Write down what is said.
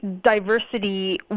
diversity